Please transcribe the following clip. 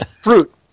Fruit